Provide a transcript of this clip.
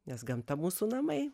nes gamta mūsų namai